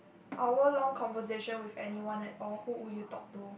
hour long conversation with anyone at all who would you talk to